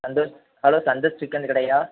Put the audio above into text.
Santhosh hello Santhosh chicken கடையா